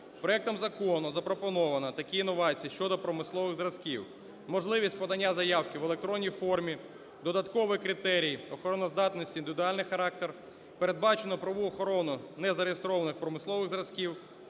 Проектом закону запропоновано такі новації щодо промислових зразків: можливість подання заявки в електронній формі; додатковий критерій охороноздатності, індивідуальний характер; передбачено правову охорону незареєстрованих промислових зразків;